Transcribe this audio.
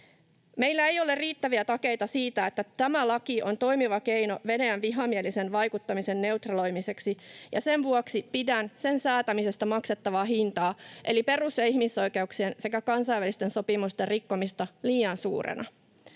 Meillä ei ole riittäviä takeita siitä, että tämä laki on toimiva keino Venäjän vihamielisen vaikuttamisen neutraloimiseksi, ja sen vuoksi pidän sen säätämisestä maksettavaa hintaa, eli perus- ja ihmisoikeuksien sekä kansainvälisten sopimusten rikkomista, liian suurena.